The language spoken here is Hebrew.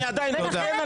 בדקתי את זה, אני לא חייב.